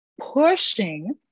pushing